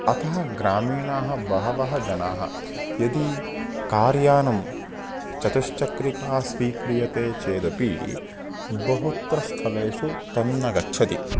अतः ग्रामीणाः बहवः जनाः यदि कार् यानं चतुष्चक्रिका स्वीक्रियते चेदपि बहुत्र स्थलेषु तन्न गच्छति